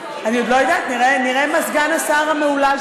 אבל מראש אני מבקשת שתרגיע את הנוכחים במליאה,